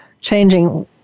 changing